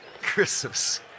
Christmas